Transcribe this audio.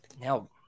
now